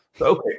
Okay